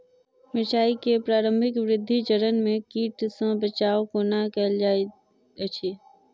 मिर्चाय केँ प्रारंभिक वृद्धि चरण मे कीट सँ बचाब कोना कैल जाइत अछि?